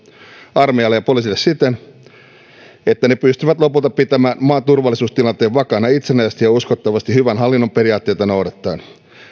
armeijalle ja poliisille siten että ne pystyvät lopulta pitämään maan turvallisuustilanteen vakaana itsenäisesti ja uskottavasti hyvän hallinnon periaatteita noudattaen